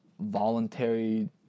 voluntary